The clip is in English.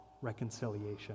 reconciliation